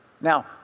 Now